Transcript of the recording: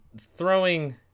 throwing